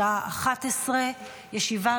בשעה 11:00.